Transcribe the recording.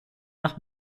nach